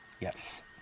Yes